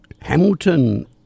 Hamilton